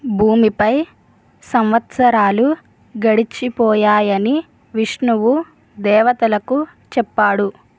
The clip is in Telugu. భూమిపై సంవత్సరాలు గడిచిపోయాయని విష్ణువు దేవతలకు చెప్పాడు